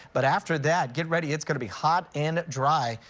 but after that get ready, it's going to be hot and dry.